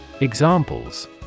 Examples